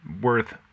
worth